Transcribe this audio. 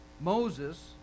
Moses